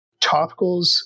topicals